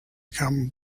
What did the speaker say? come